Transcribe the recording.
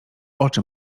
oczy